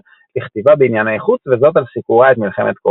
לכתיבה בענייני חוץ וזאת על סיקורה את מלחמת קוריאה.